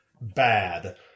bad